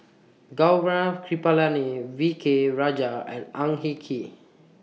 Gaurav Kripalani V K Rajah and Ang Hin Kee